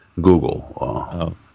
Google